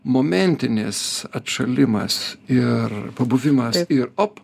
momentinis atšalimas ir pabuvimas ir op